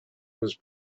was